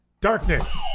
Darkness